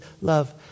Love